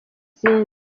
izindi